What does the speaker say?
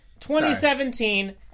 2017